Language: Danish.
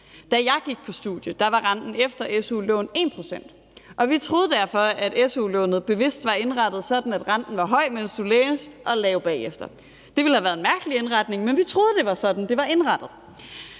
Da jeg gik på studie, var renten på su-lån efter studie 1 pct., og vi troede derfor, at su-lånet bevidst var indrettet sådan, at renten var høj, mens du læste, og lav bagefter. Det ville have været en mærkelig indretning, men vi troede, at det var sådan, at det var indrettet.